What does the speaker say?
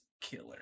killer